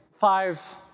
five